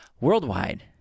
worldwide